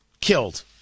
killed